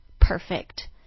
perfect